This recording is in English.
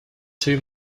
two